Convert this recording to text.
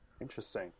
Interesting